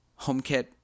HomeKit